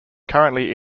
currently